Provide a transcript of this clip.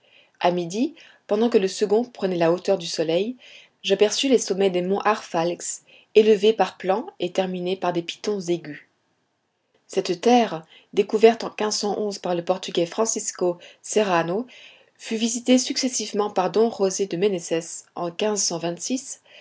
a midi pendant que le second prenait la hauteur du soleil j'aperçus les sommets des monts arfalxs élevés par plans et terminés par des pitons aigus cette terre découverte en par le portugais francisco serrano fut visitée successivement par don josé de menesès en